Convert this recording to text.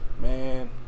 man